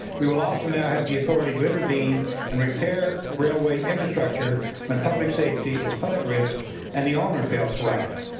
we will also now have the authority to intervene intervene and repair railway infrastructure when public safety is put at risk and the owner fails to act.